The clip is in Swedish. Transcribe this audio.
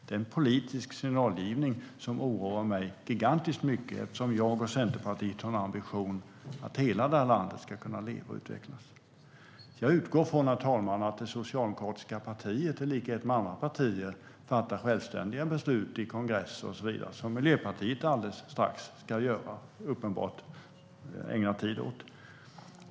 Det är en politisk signalgivning som oroar mig gigantiskt mycket, eftersom jag och Centerpartiet har ambitionen att hela landet ska kunna leva och utvecklas. Jag utgår från, herr talman, att det socialdemokratiska partiet, i likhet med andra partier, fattar självständiga beslut på kongresser och så vidare, som Miljöpartiet alldeles strax uppenbart ska ägna tid åt.